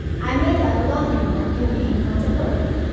i made out a laundry-mark in ink on the border.